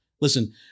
Listen